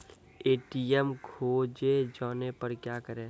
ATM खोजे जाने पर क्या करें?